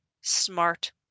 smart